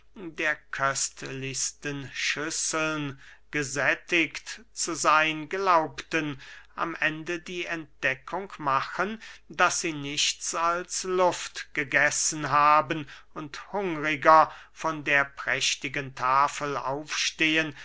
der köstlichsten schüsseln gesättigt zu seyn glaubten am ende die entdeckung machen daß sie nichts als luft gegessen haben und hungriger von der prächtigen tafel aufstehen